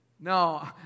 No